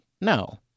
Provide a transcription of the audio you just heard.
No